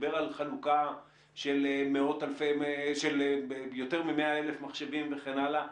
דיבר על חלוקה של יותר מ-100,000 מחשבים וכן הלאה.